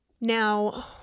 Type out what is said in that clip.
Now